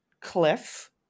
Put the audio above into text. Cliff